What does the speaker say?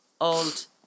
old